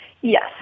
Yes